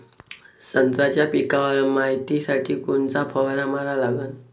संत्र्याच्या पिकावर मायतीसाठी कोनचा फवारा मारा लागन?